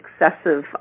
excessive